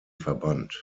verband